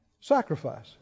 sacrifice